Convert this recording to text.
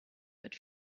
but